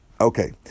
Okay